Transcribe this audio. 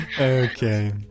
Okay